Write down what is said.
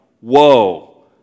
whoa